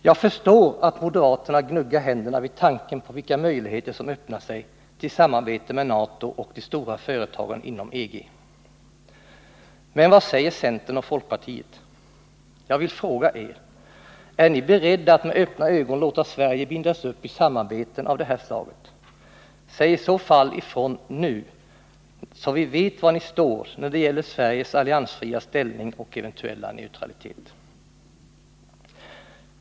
Jag förstår att moderaterna gnuggar händerna vid tanken på vilka möjligheter som öppnar sig till samarbete med NATO och de stora företagen inom EG. Men vad säger centern och folkpartiet? Jag vill fråga er: Är ni beredda att med öppna ögon låta Sverige bindas upp i samarbeten av det här slaget? Säg i så fall ifrån nu, så vi vet var vi står när det gäller Sveriges alliansfria ställning och eventuella neutralitet!